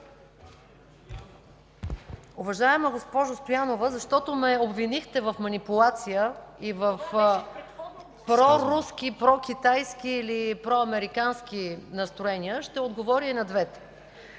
Уважаема госпожо Стоянова, защото ме обвинихте в манипулация и проруски, прокитайски или проамерикански настроения, ще отговоря и на двете.